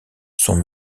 sont